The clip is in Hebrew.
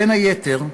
בין היתר,